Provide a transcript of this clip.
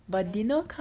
there